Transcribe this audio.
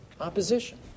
opposition